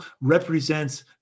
represents